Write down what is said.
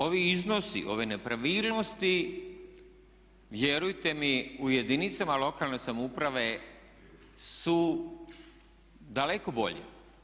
Ovi iznosi, ove nepravilnosti vjerujte mi u jedinicama lokalne samouprave su daleko bolji.